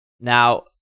Now